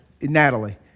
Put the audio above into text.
Natalie